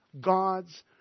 God's